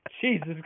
Jesus